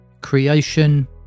creation